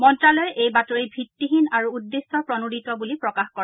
মন্তালয়ে এই বাতৰি ভিত্তীহীন আৰু উদ্দেশ্যপ্ৰণোদিত বুলি প্ৰকাশ কৰে